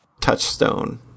touchstone